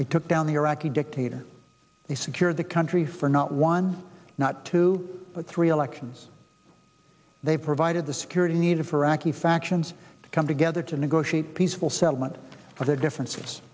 they took down the iraqi dictator they secure the country for not one not two but three elections they provided the security needed for iraqi factions to come together to negotiate peaceful settlement of the difference